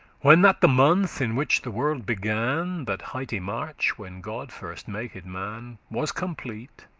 when that the month in which the world began, that highte march, when god first maked man, was complete,